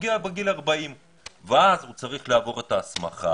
מגיע בגיל 40 ואז הוא צריך לעבור את ההסמכה,